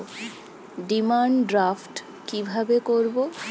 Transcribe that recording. Demand draft কীভাবে করব?